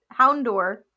Houndor